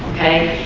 okay,